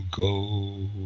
go